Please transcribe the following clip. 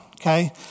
okay